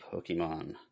Pokemon